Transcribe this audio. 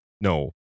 no